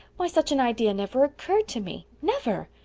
why, such an idea never occurred to me never!